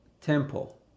temple